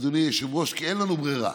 אדוני היושב-ראש, כי אין לנו ברירה.